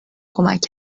کمک